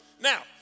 Now